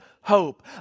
hope